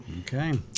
Okay